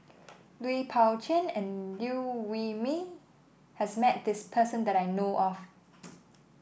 Lui Pao Chuen and Liew Wee Mee has met this person that I know of